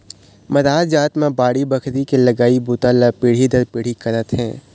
मरार जात मन बाड़ी बखरी के लगई बूता ल पीढ़ी दर पीढ़ी करत हे